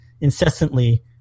incessantly